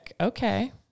Okay